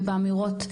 ובאמירות,